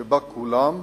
שבה כולם,